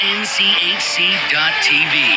nchc.tv